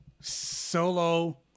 solo